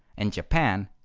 and japan,